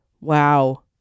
Wow